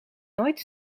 nooit